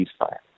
ceasefire